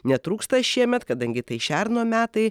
netrūksta šiemet kadangi tai šerno metai